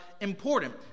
important